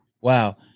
Wow